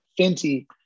Fenty